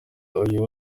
uyu